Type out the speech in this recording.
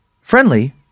Friendly